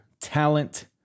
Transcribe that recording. talent